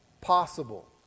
possible